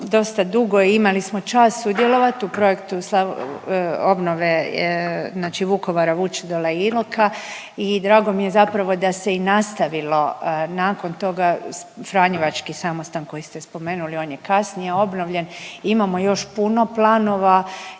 dosta dugo i imali smo čast sudjelovati u projektu obnove znači Vukovara, Vučedola i Iloka i drago mi je zapravo da se i nastavilo nakon toga franjevački samostan koji ste spomenuli, on je kasnije obnovljen. Imamo još puno planova